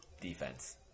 defense